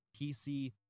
PC